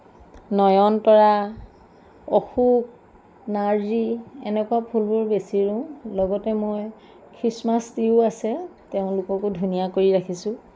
নয়নতৰা অশোক নাৰ্জি এনেকুৱা ফুলবোৰ বেছি ৰুওঁ লগত মই খৃষ্টমাছ ট্ৰিও আছে তেওঁলোককো ধুনীয়া কৰি ৰাখিছোঁ